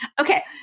Okay